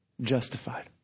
justified